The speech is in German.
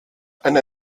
eine